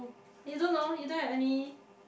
you don't know you didn't any